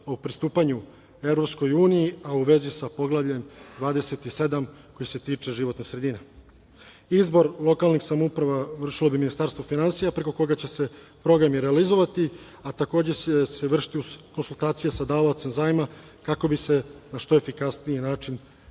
o pristupanju EU, a u vezi sa Poglavljem 27, koje se tiče životne sredine. Izbor lokalnih samouprava vršilo bi Ministarstvo finansija preko koga će se programi realizovati, a takođe će se vršiti konsultacije sa davaocem zajma kako bi se na što efikasniji način